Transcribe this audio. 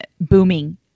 booming